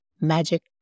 magic